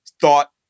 thought